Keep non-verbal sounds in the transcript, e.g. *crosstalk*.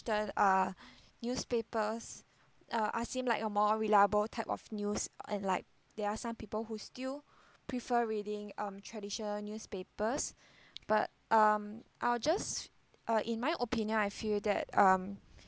uh *breath* newspapers uh are seemed like a more reliable type of news and like there are some people who still prefer reading um traditional newspapers *breath* but um I'll just uh in my opinion I feel that um